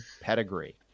pedigree